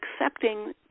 accepting